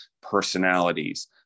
personalities